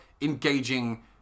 engaging